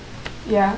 ya